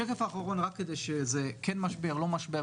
השקף האחרון, זה כן משבר, לא משבר.